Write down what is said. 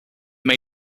may